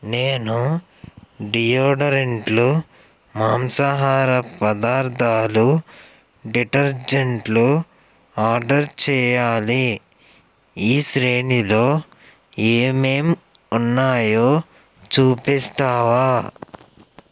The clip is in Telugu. నేను డియోడరెంట్లు మాంసాహార పదార్థాలు డిటర్జెంట్లు ఆర్డర్ చెయ్యాలి ఈ శ్రేణిలో ఏమేం ఉన్నాయో చూపిస్తావా